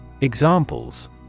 Examples